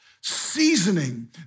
seasoning